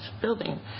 building